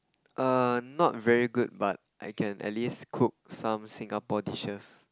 err not very good but I can at least cook some Singapore dishes